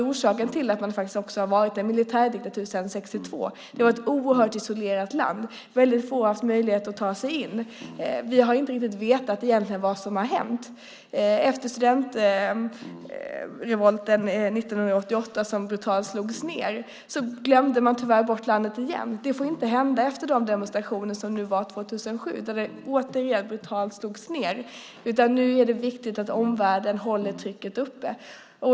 Orsaken till att Burma varit en militärdiktatur sedan 1962 är att det varit ett oerhört isolerat land. Få har haft möjlighet att ta sig in där. Vi har egentligen inte riktigt vetat vad som hänt i landet. Efter studentrevolten 1988 som brutalt slogs ned glömde man tyvärr bort landet igen. Detta får inte hända efter de demonstrationer som var 2007 och som återigen brutalt slogs ned, utan nu är det viktigt att omvärlden håller trycket uppe.